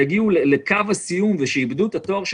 יגיעו לקו הסיום כשהם איבדו את התואר שלהם,